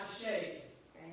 shake